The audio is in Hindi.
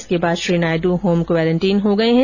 इसके बाद श्री नायडु होम क्वारेंटाइन हो गए हैं